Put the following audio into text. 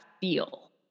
feel